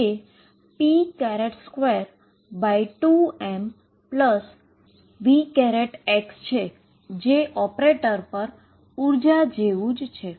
તે p22mVx છે જે ઓપરેટર પર એનર્જી જેવું છે